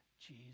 Jesus